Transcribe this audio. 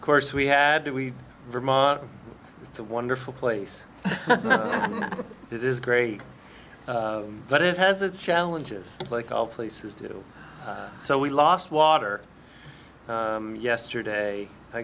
of course we had to we vermont it's a wonderful place it is great but it has its challenges like all places to do so we lost water yesterday i